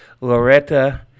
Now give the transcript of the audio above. loretta